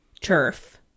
Turf